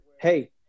hey